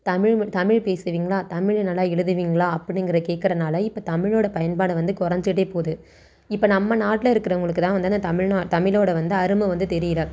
தமிழ்மொழி தமிழ் பேசுவிங்களா தமிழை நல்லா எழுதுவிங்களா அப்படிங்குற கேட்குறனால இப்போ தமிழோடய பயன்பாடே வந்து கொறைஞ்சுக்கிட்டே போகுது இப்போ நம்ம நாட்டில் இருக்கிறவங்களுக்குதான் வந்து அந்த தமிழ்நா தமிழோடய வந்து அருமை வந்து தெரியல